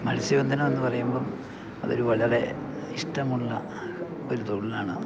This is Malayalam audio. മത്സ്യബന്ധനം എന്നു പറയുമ്പം അത് ഒരു വളരെ ഇഷ്ടമുള്ള ഒരു തൊഴിലാണ്